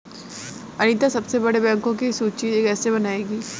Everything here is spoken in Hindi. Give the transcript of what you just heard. अनीता सबसे बड़े बैंकों की सूची कैसे बनायेगी?